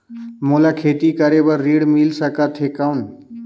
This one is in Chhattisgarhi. मोला खेती करे बार ऋण मिल सकथे कौन?